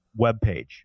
webpage